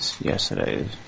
Yesterday